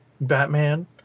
Batman